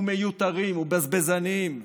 ומיותרים ובזבזניים,